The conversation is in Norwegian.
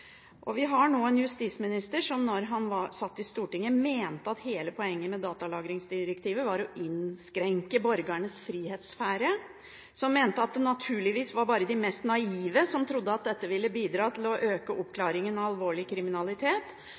Vi har nå en justisminister som, da han satt i Stortinget, mente at hele poenget med datalagringsdirektivet var å innskrenke borgernes frihetssfære. Han mente videre at det naturligvis bare var de mest naive som trodde at dette ville bidra til å øke oppklaringen av alvorlig kriminalitet,